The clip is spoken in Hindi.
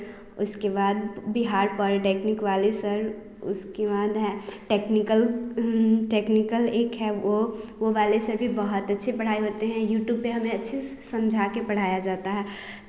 उसके बाद बिहार पॉलिटेक्निक वाले सर उसके बाद है टेक्निकल टेक्निकल एक है वह वाले सर भी बहुत अच्छी पढ़ाई होते हैं यूट्यूब पर हमें अच्छे से समझा कर पढ़ाया जाता है